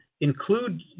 include